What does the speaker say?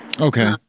Okay